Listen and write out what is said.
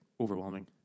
overwhelming